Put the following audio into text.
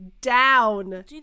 down